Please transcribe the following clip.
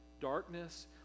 darkness